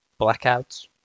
blackouts